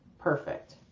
perfect